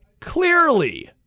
clearly